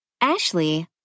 Ashley